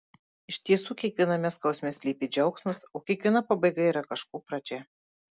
iš tiesų kiekviename skausme slypi džiaugsmas o kiekviena pabaiga yra kažko pradžia